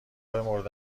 مورد